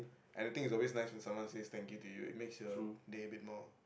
and I think it's always nice when someone says thank you it makes your day a bit more